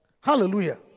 hallelujah